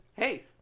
Hey